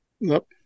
Nope